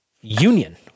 union